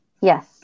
Yes